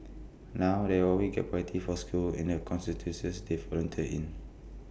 now they always get priority for schools in the constituencies they volunteer in